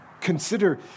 Consider